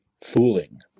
fooling